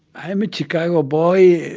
i am a chicago boy,